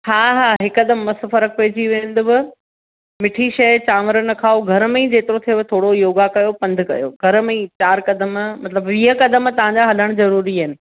हा हा हिकदमि मस्त फ़र्क़ु पइजी वेंदव मिठी शइ चांवर न खाओ घर में ई जेतिरो थियेव थोरो योगा कयो पंधु कयो घर में ई चारि क़दम मतिलबु वीह क़दम तव्हांजा हलणु ज़रूरी आहिनि